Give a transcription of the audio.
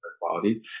qualities